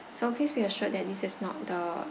so please be assured that this is not the